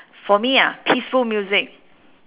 for me ah peaceful music